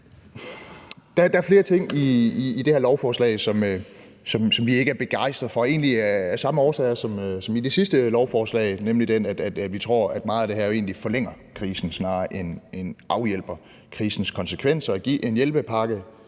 Der er flere ting i det her lovforslag, som vi ikke er begejstrede for, egentlig af samme årsager som med de sidste lovforslag, nemlig den, at vi tror, at meget af det her egentlig forlænger krisen snarere end afhjælper krisens konsekvenser. At give en hjælpepakke